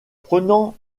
prenant